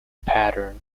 pattern